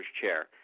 chair